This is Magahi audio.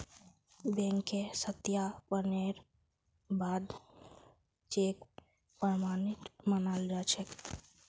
बैंकेर सत्यापनेर बा द चेक प्रमाणित मानाल जा छेक